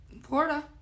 Florida